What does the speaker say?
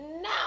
No